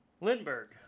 Lindbergh